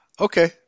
okay